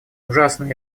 ужасные